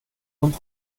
und